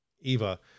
Eva